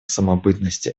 самобытности